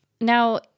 Now